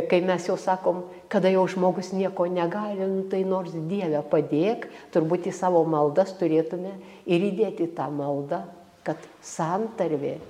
kai mes jau sakom kada jau žmogus nieko negali nu tai nors dieve padėk turbūt į savo maldas turėtume ir įdėt į tą maldą kad santarvė